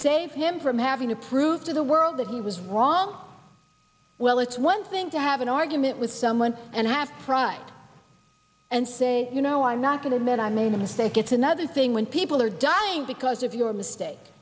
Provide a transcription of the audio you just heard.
save him from having to prove to the world that he was wrong well it's one thing to have an argument with someone and have pride and say you know i'm not going to med i made a mistake it's another thing when people are dying because of your